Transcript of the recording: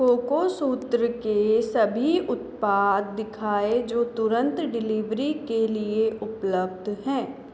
कोकोसूत्र के सभी उत्पाद दिखाएँ जो तुरंत डिलीवरी के लिए उपलब्ध हैं